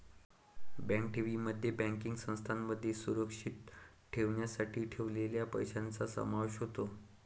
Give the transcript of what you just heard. bank ठेवींमध्ये banking संस्थांमध्ये सुरक्षित ठेवण्यासाठी ठेवलेल्या पैशांचा समावेश होतो